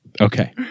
Okay